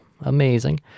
Amazing